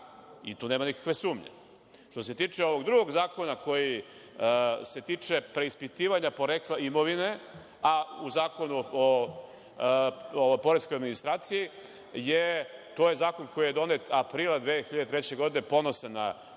Tu nema nikakve sumnje. Što se tiče ovog drugog zakona koji se tiče preispitivanja porekla imovine, a u Zakonu o poreskoj administraciji, to je zakon koji je donet aprila 2003. godine, ponosan sam